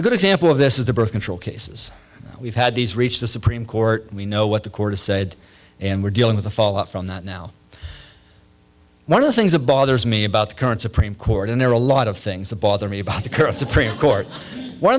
and good example of this is the birth control cases we've had these reach the supreme court we know what the court said and we're dealing with the fallout from that now one of the things a bothers me about the current supreme court and there are a lot of things that bother me about the current supreme court one